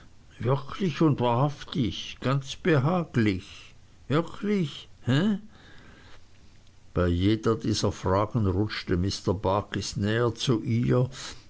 wirklich und wahrhaftig ganz behaglich wirklich he bei jeder dieser fragen rutschte mr barkis näher zu ihr